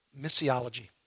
Missiology